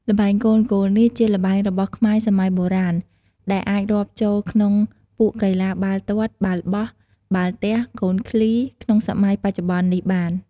ល្បែងកូនគោលនេះ ជាល្បែរបស់ខ្មែរសម័យបុរាណ ដែលអាចរាប់ចូលក្នុងពួកកីឡាបាល់ទាត់ បាល់បោះ បាល់ទះ កូនឃ្លី ក្នុងសម័យបច្ចុប្បន្ននេះបាន។